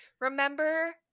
remember